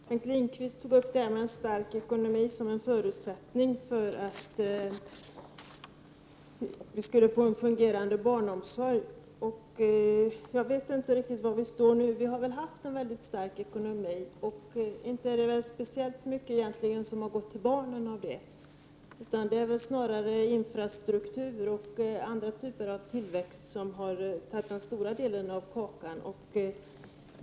Herr talman! Bengt Lindqvist angav en stark ekonomi som en förutsättning för att vi skulle få en fungerande barnomsorg. Jag vet inte riktigt var vi står nu, men vi har ju haft en väldigt stark ekonomi. Inte var det väl speciellt mycket som gick till barnen av det. Det är snarare infrastruktur och andra satsningar av den typen som tagit den stora delen av kakan.